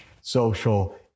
social